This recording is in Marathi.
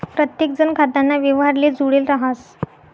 प्रत्येकजण खाताना व्यवहारले जुडेल राहस